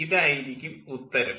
ഇതായിരിക്കും ഉത്തരം